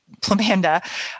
Plamanda